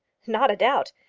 not a doubt!